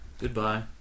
Goodbye